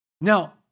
Now